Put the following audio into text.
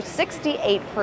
68%